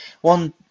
One